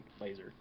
Laser